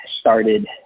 started